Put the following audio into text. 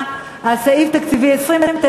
לסעיף 29,